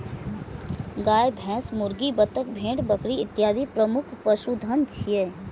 गाय, भैंस, मुर्गी, बत्तख, भेड़, बकरी इत्यादि प्रमुख पशुधन छियै